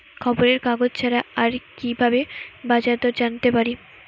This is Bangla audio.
খবরের কাগজ ছাড়া আর কি ভাবে বাজার দর জানতে পারি?